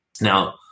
Now